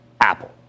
Apple